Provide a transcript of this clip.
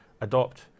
adopt